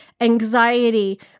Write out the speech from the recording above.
anxiety